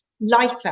lighter